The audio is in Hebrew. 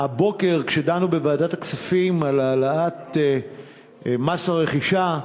הבוקר, כשדנו בוועדת הכספים בהעלאת מס הרכישה,